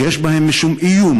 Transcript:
שיש בהם משום איום,